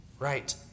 right